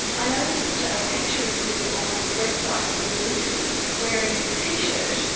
i noticed a picture of you on the website when you were in italy wearing a t-shirt,